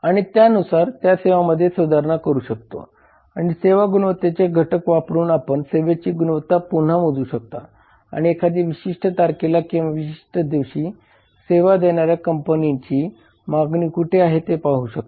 आणि त्यानुसार आपण त्या सेवांमध्ये सुधारणा करू शकता आणि सेवा गुणवत्तेच्या घटक वापरून आपण सेवेची गुणवत्ता पुन्हा मोजू शकता आणि एखाद्या विशिष्ट तारखेला किंवा विशिष्ट दिवशी सेवा देणाऱ्या कंपनीची मागणी कुठे आहे ते पाहू शकता